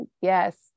yes